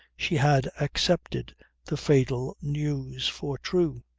she had accepted the fatal news for true.